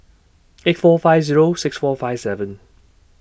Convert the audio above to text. eight four five Zero six four five seven